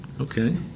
Okay